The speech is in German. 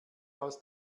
aus